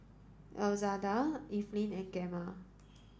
Elzada Evelyn and Gemma